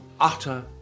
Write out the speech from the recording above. utter